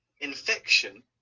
infection